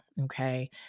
okay